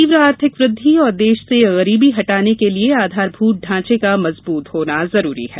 तीव्र आर्थिक वृद्धि और देश से गरीबी हटाने के लिए आधारभूत ढांचेका मजबूत होना जरूरी है